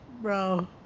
bro